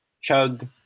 chug